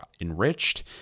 enriched